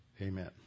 Amen